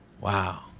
wow